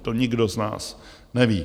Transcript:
To nikdo z nás neví.